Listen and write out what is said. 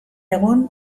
egun